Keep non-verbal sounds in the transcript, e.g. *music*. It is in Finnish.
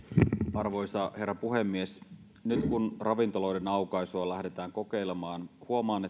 arvoisa herra puhemies nyt kun ravintoloiden aukaisua lähdetään kokeilemaan huomaan *unintelligible*